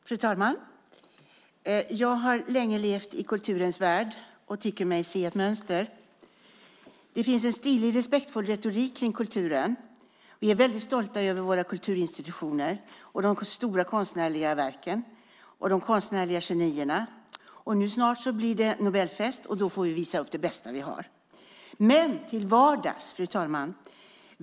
Fru talman! Jag har länge levt i kulturens värld, och jag tycker mig se ett mönster. Det finns en stilig respekt för retorik kring kulturen. Vi är väldigt stolta över våra kulturinstitutioner, de stora konstnärliga verken och de konstnärliga genierna. Snart blir det Nobelfest, och då får vi visa upp det bästa vi har. Fru talman!